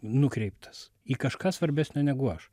nukreiptas į kažką svarbesnio negu aš